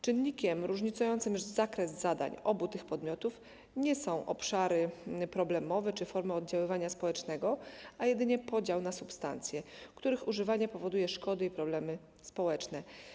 Czynnikiem różnicującym zakres zadań obu tych podmiotów nie są obszary problemowe czy formy oddziaływania społecznego, a jedynie podział na substancje, których używanie powoduje szkody i problemy społeczne.